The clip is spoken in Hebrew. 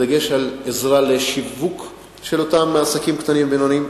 עזרה לשיווק של אותם עסקים קטנים ובינוניים